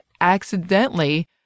accidentally